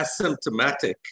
asymptomatic